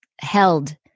held